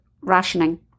rationing